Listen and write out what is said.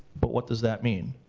but what does that mean?